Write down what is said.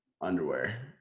Underwear